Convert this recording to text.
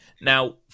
Now